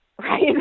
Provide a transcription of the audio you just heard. right